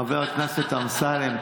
חברת הכנסת אבקסיס.